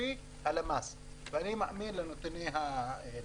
זה לפי הלמ"ס, ואני מאמין לנתוני הלמ"ס.